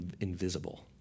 invisible